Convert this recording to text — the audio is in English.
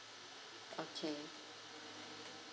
okay